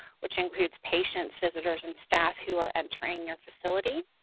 which includes patients, visitors, and staff who are entering your facility.